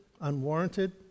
unwarranted